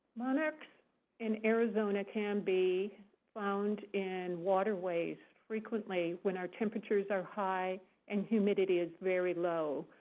monarchs in arizona can be found in waterways frequently, when our temperatures are high and humidity is very low.